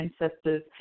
ancestors